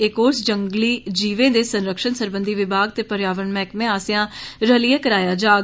एह् कोर्स जंगली जीवें दे संरक्षण सरबंधी विभाग ते पर्यावरण मैहकमे आस्सेआ रलियै करवाया जाग